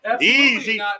Easy